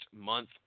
month